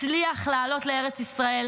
הצליח לעלות לארץ ישראל,